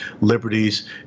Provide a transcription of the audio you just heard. liberties